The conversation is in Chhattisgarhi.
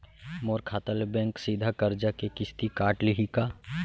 मोर खाता ले बैंक सीधा करजा के किस्ती काट लिही का?